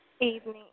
Evening